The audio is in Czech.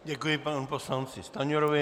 Děkuji panu poslanci Stanjurovi.